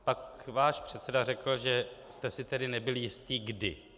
Pak váš předseda řekl, že jste si tedy nebyli jisti kdy.